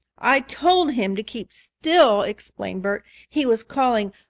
i told him to keep still, explained bert. he was calling,